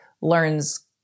learns